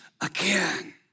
again